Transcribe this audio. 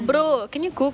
brother can you cook